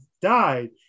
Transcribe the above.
died